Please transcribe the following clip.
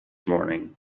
morning